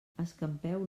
escampeu